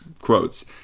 quotes